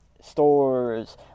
stores